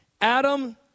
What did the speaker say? Adam